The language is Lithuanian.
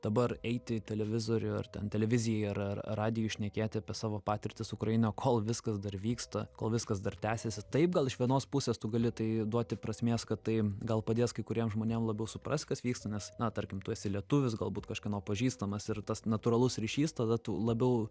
dabar eiti į televizorių ar ten televizijai ar ar radijui šnekėti apie savo patirtis ukrainoje kol viskas dar vyksta kol viskas dar tęsiasi taip gal iš vienos pusės tu gali tai duoti prasmės kad tai gal padės kai kuriem žmonėm labiau suprast kas vyksta nes na tarkim tu esi lietuvis galbūt kažkieno pažįstamas ir tas natūralus ryšys tada tu labiau